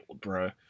bro